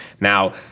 Now